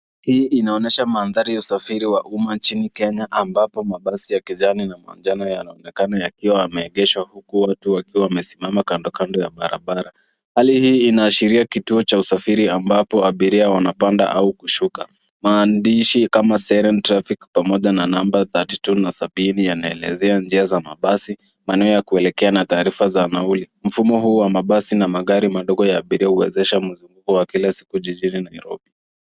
Hii inaonyesha mandhari ya usafiri wa umma nchini Kenya ambapo mabasi ya kijani na manjano yanaonekana yakiwa yameegeshwa huku watu wakiwa wamesimama kandokando ya barabara, Hali hii inaashiria kituo cha usafiri ambapo abiria wanapanda au kushuka. Maandishi kama Seran Traffic pamoja na namba 32 na 70 yanaelezea njia za mabasi, maeneo ya kuelekea, na taarifa za nauli. Mfumo huu wa mabasi na magari madogo ya abiria huwezesha mvuko wa kila siku jijini Nairobi.